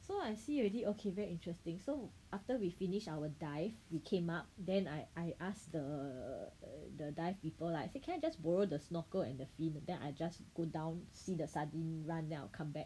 so I see already okay very interesting so after we finish our dive we came up then I I ask the the dive people lah can I just borrow the snorkel and the fin then I just go down see the sardine run then I'll come back